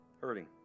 hurting